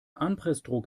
anpressdruck